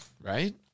right